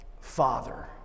Father